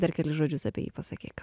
dar kelis žodžius apie jį pasakyk